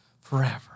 forever